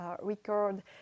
record